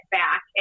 back